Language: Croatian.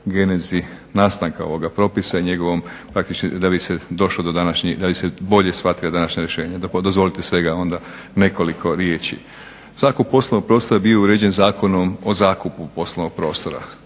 genezi nastanka ovoga propisa i njegovom praktički da bi se bolje shvatila današnja rješenja. Dozvolite svega onda nekoliko riječi. Zakup poslovnog prostora je bio uređen Zakonom o zakupu poslovnog prostora.